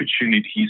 opportunities